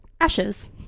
Ashes